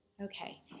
Okay